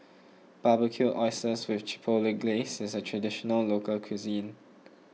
Barbecued Oysters with Chipotle Glaze is a Traditional Local Cuisine